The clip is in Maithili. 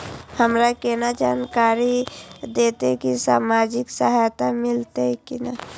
हमरा केना जानकारी देते की सामाजिक सहायता मिलते की ने?